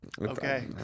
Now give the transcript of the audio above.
okay